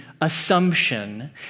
assumption